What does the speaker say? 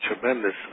tremendous